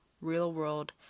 real-world